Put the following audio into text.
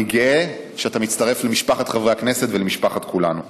אני גאה שאתה מצטרף למשפחת חברי הכנסת ולמשפחת כולנו.